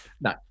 No